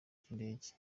cy’indege